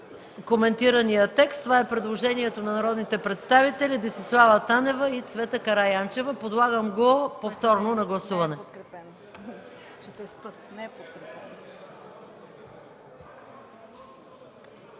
коментирания текст – предложението на народните представители Десислава Танева и Цвета Караянчева. Подлагам го повторно на гласуване.